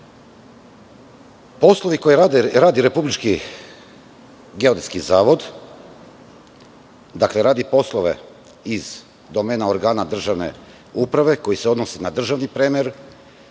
zavodu. Poslovi koje radi Republički geodetski zavod, dakle, radi poslove iz domena organa državne uprave koji se odnosi na državni premer,